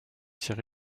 tiré